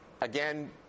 Again